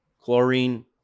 chlorine